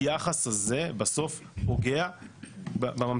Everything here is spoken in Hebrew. היחס הזה בסוף פוגע בממתינים.